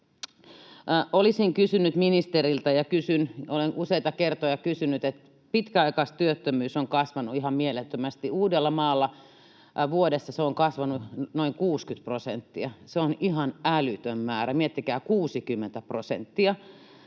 Olisin kysynyt ministeriltä ja kysyn, olen useita kertoja kysynyt: Pitkäaikaistyöttömyys on kasvanut ihan mielettömästi. Uudellamaalla se on vuodessa kasvanut noin 60 prosenttia. Se on ihan älytön määrä. Miettikää: 60 prosenttia.